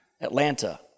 Atlanta